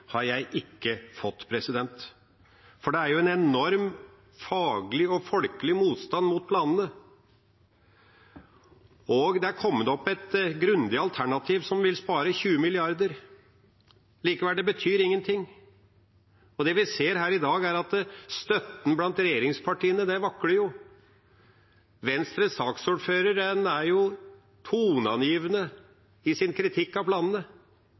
har jeg ikke fått. Det er en enorm faglig og folkelig motstand mot planene, og det er kommet opp et grundig alternativ som vil spare 20 mrd. kr. Likevel – det betyr ingen ting. Det vi ser her i dag, er at støtten blant regjeringspartiene vakler. Venstres saksordfører er toneangivende i sin kritikk av